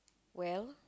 well